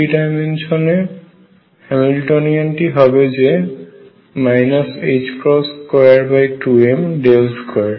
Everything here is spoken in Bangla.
থ্রি ডাইমেনশন এ হ্যামিল্টনিয়ান টি হবে যে 22m 2